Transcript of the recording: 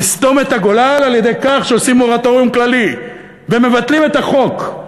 לסתום את הגולל על-ידי כך שעושים מורטוריום כללי ומבטלים את החוק.